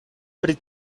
pri